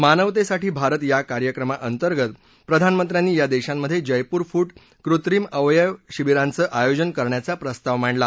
मानवतेसाठी भारत या कार्यक्रमांतर्गत प्रधानमंत्र्यांनी या देशांमध्ये जयपूर फूट कृत्रिम अवयव शिविरांचं आयोजन करण्याचा प्रस्ताव मांडला